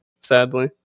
sadly